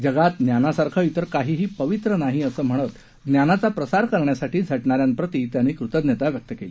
जगात ज्ञानासारखं तिर काहीही पवित्र नाही असं म्हणत ज्ञानाचा प्रसार करण्यासाठी झटणाऱ्यांप्रती त्यांनी कृतज्ञता व्यक्त केली